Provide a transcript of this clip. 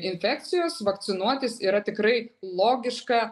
infekcijos vakcinuotis yra tikrai logiška